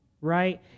right